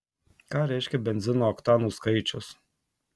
ką reiškia benzino oktanų skaičius